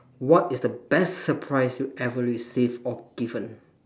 what is the best surprise you ever received or given